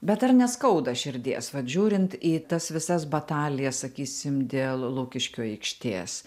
bet ar neskauda širdies vat žiūrint į tas visas batalijas sakysim dėl lukiškių aikštės